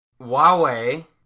Huawei